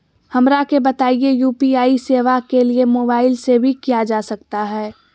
हमरा के बताइए यू.पी.आई सेवा के लिए मोबाइल से भी किया जा सकता है?